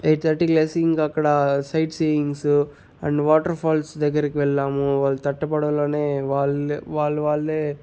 eight థర్టీకి లేచి ఇంక అక్కడ sightseeings and waterfalls దగ్గరికి వెళ్ళాము వాళ్ళు తట్ట పడవలోనే వాళ్ళ వాళ్ళు వాళ్ళే